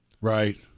Right